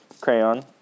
crayon